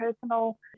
personal